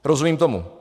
Rozumím tomu.